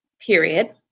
period